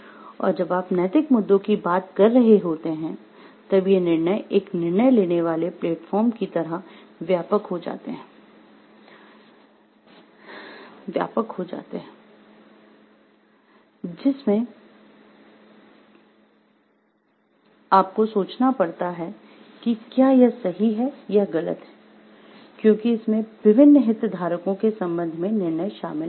और जब आप नैतिक मुद्दों की बात कर रहे होते हैं तब ये निर्णय एक निर्णय लेने वाले प्लेटफ़ॉर्म की तरह व्यापक हो जाते हैं जिसमे आपको सोचना पड़ता है कि क्या यह सही है या गलत है क्योंकि इसमें विभिन्न हितधारकों के संबंध में निर्णय शामिल होते हैं